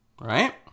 Right